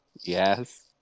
Yes